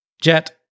Jet